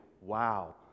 wow